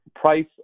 price